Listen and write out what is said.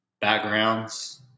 backgrounds